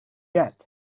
get